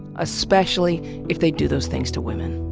especially if they do those things to women.